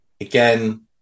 again